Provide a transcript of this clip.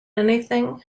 anything